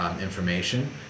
information